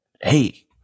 hey